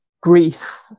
grief